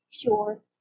pure